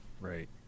Right